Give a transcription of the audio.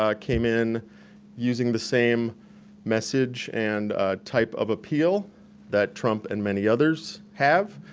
um came in using the same message and type of appeal that trump and many others have.